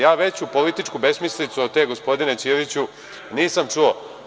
Ja veću političku besmislicu od te, gospodine Ćiriću, nisam čuo.